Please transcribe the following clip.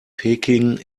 peking